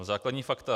Základní fakta.